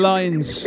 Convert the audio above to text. Lines